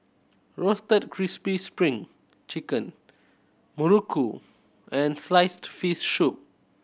Roasted Crispy Spring Chicken muruku and sliced fish soup